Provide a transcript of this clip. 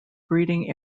breeding